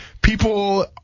people